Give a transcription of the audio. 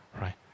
right